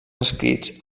escrits